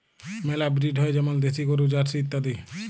মেলা ব্রিড হ্যয় যেমল দেশি গরু, জার্সি ইত্যাদি